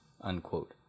unquote